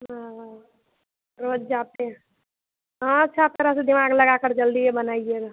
हाँ रोज जाते हैं हाँ सब तरह से दिमाग लगाकर जल्दी ही बनाइएगा